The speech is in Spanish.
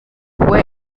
fue